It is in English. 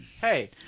Hey